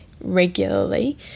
regularly